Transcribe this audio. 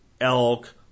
elk